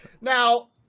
Now